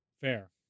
Fair